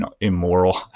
immoral